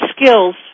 skills